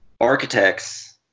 architects